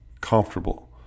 comfortable